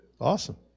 Awesome